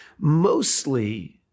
mostly